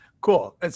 Cool